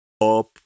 up